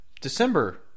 December